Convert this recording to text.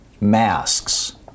masks